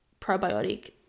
probiotic